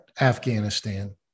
Afghanistan